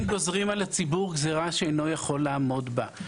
גוזרים על הציבור גזירה שאינו יכול לעמוד בה.